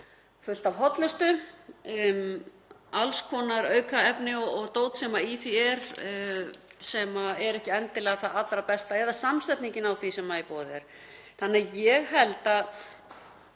fullt af hollustu, það eru alls konar aukefni og dót sem í því er, sem er ekki endilega það allra besta eða samsetningin á því sem í boði er. Þannig að ég held að